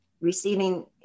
receiving